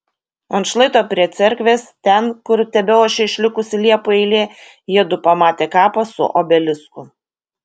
ant šlaito prie cerkvės ten kur tebeošė išlikusi liepų eilė jiedu pamatė kapą su obelisku